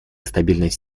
стабильность